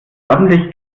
ordentlich